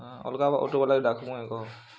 ଅଲ୍ଗା ଅଟୋବାଲାକେ ଡାକ୍ମୁ କେଁ କହ